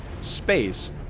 space